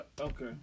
okay